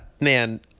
man